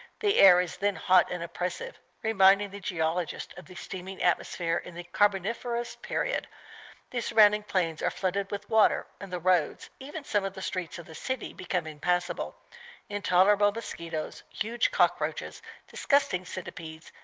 the air is then hot and oppressive, reminding the geologist of the steaming atmosphere in the carboniferous period the surrounding plains are flooded with water, and the roads, even some of the streets of the city, become impassable intolerable musquitoes, huge cockroaches disgusting centipedes,